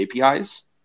APIs